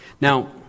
Now